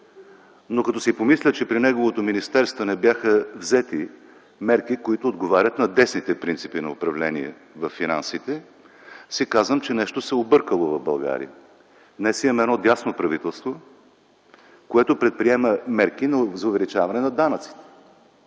Но като си помисля, че при неговото министерство не бяха взети мерки, които отговарят на десните принципи на управление във финансите, си казвам, че нещо в България се е объркало. Днес имаме едно дясно правителство, което предприема мерки за увеличаване на данъците.